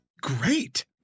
great